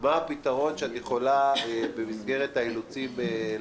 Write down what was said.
מה הפתרון שאת יכולה לתת במסגרת האילוצים?